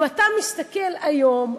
אם אתה מסתכל היום,